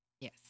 Yes